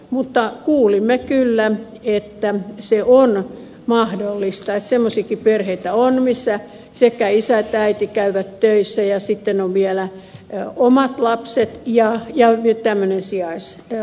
mutta kuulimme kyllä että se on mahdollista että semmoisiakin perheitä on missä sekä isä että äiti käyvät töissä ja sitten on vielä omat lapset ja tämmöinen sijaislapsi